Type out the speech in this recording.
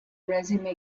resume